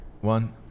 one